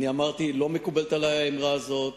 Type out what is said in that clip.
אמרתי שלא מקובלת עלי האמירה הזאת,